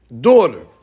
daughter